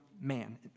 man